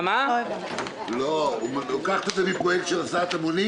היא לוקחת את זה מפרויקט של הסעת המונים